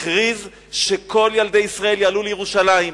הכריז שכל ילדי ישראל יעלו לירושלים,